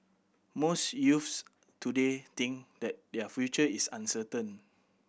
most youths today think that their future is uncertain